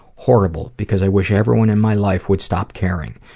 horrible, because i wish everyone in my life would stop caring.